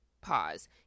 pause